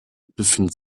befindet